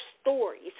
stories